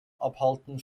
abhalten